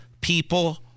people